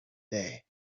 day